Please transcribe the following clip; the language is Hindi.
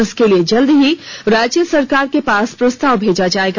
इसके लिए जल्द ही राज्य सरकार के पास प्रस्ताव भेजा जाएगा